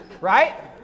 Right